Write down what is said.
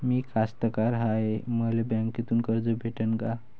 मी कास्तकार हाय, मले बँकेतून कर्ज भेटन का?